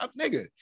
nigga